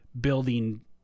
building